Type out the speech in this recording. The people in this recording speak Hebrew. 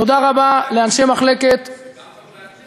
תודה רבה לאנשי מחלקת, גם לחברי הכנסת.